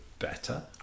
better